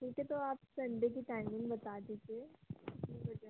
ठीक है तो आप सन्डे की टाइमिंग बता दीजिए कितने बजे आना है